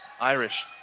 Irish